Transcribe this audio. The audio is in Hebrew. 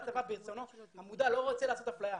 ברצונו המודע לא רוצה לעשות אפליה,